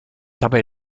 dabei